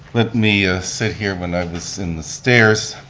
let me ah sit here when i was in the stairs.